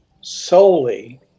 solely